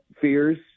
fears